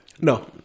No